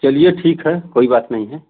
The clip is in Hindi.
चलिए ठीक है कोई बात नहीं है